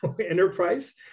enterprise